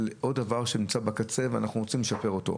עוד דבר שנמצא בקצה ואנחנו רוצים לשפר אותו.